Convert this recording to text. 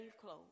clothes